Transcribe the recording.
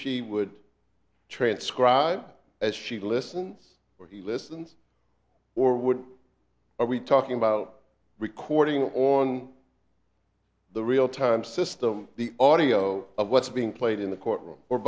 she would transcribe as she listens or he listens or would we talking about recording on the real time system the audio of what's being played in the courtroom or